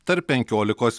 tarp penkiolikos